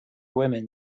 women